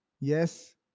Yes